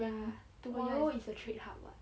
ya tomorrow is the trade hub what